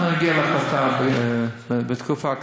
אנחנו נגיע להחלטה בתקופה הקרובה.